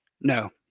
No